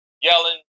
yelling